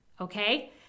Okay